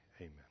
Amen